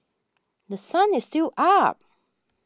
The Sun is still up